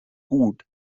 gut